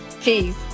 peace